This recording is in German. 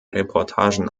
reportagen